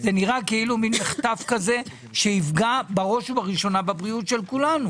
זה נראה כאילו מין מחטף כזה שיפגע בראש ובראשונה בבריאות של כולנו.